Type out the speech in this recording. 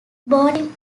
boating